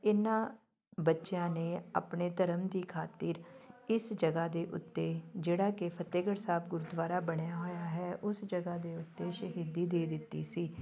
ਇਨ੍ਹਾਂ ਬੱਚਿਆਂ ਨੇ ਆਪਣੇ ਧਰਮ ਦੀ ਖਾਤਰ ਇਸ ਜਗ੍ਹਾ ਦੇ ਉੱਤੇ ਜਿਹੜਾ ਕਿ ਫਤਿਹਗੜ੍ਹ ਸਾਹਿਬ ਗੁਰਦੁਆਰਾ ਬਣਿਆ ਹੋਇਆ ਹੈ ਉਸ ਜਗ੍ਹਾ ਦੇ ਉੱਤੇ ਸ਼ਹੀਦੀ ਦੇ ਦਿੱਤੀ ਸੀ